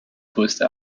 größte